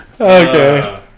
Okay